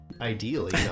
ideally